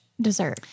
dessert